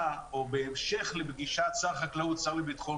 בהמשך לפגישת שר החקלאות עם השר לביטחון